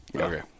okay